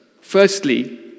Firstly